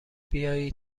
بیایید